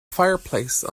fireplace